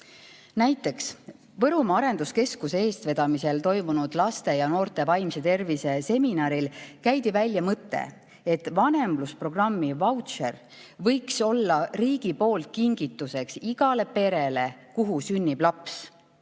Näiteks, Võrumaa arenduskeskuse eestvedamisel toimunud laste ja noorte vaimse tervise seminaril käidi välja mõte, et vanemlusprogrammi vautšer võiks olla riigilt kingituseks igale perele, kuhu sünnib laps.